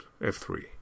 F3